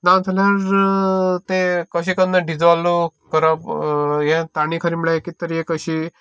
नाजाल्यार ते कशे करन डिजोल्व करप तांणी खरें म्हणल्यार कित तरी एक अशी